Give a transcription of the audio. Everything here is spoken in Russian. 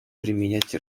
применять